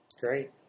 Great